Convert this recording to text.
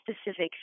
specific